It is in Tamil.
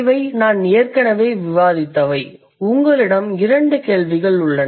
இவை நான் ஏற்கனவே விவாதித்தவை உங்களிடம் இரண்டு கேள்விகள் உள்ளன